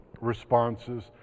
responses